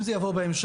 אם זה יבוא בהמשך,